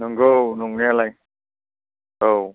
नंगौ नंनायालाय औ